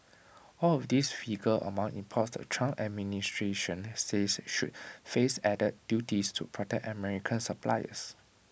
all of these figure among imports the Trump administration says should face added duties to protect American suppliers